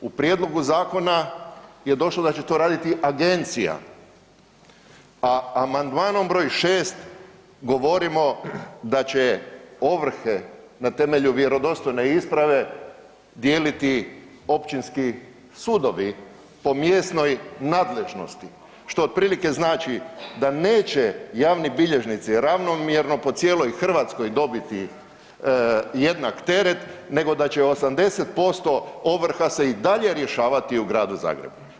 U prijedlogu zakona je došlo da će to raditi agencija, a amandmanom broj 6. govorimo da će ovrhe na temelju vjerodostojne isprave dijeliti općinski sudovi po mjesnoj nadležnosti što otprilike znači da neće javni bilježnici ravnomjerno po cijeloj Hrvatskoj dobiti jednak teret nego da će 80% ovrha se i dalje rješavati u Gradu Zagreba.